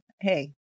hey